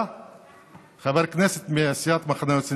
אתה חבר הכנסת היחיד מסיעת המחנה הציוני